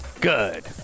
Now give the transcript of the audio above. Good